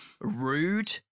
rude